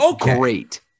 great